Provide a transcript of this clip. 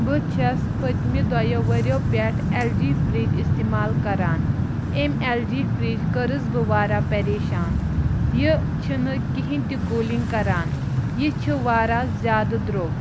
بہٕ چھَس پٔتمہِ دۄیو ؤریو پیٚٹھ ایٚل جی فرج استعمال کران أمۍ ایٚل جی فرج کٔرٕس بہٕ واراہ پریشان یہِ چھ نہٕ کہیٖنۍ تہِ کوٗلِنگ کران یہِ چھِ واریاہ زیادٕ درٛوگ